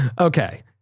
Okay